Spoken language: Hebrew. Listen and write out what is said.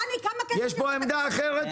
יש פה עמדה אחרת,